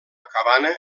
cabana